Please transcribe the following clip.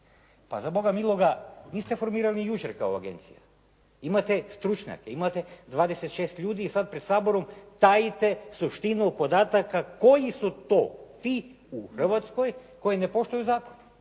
Pa za Boga miloga, niste formirali jučer te agencije. Imate stručnjake, imate 26 ljudi i sad pred Saborom tajite suštinu podataka koji su to ti u Hrvatskoj koji ne poštuju zakon,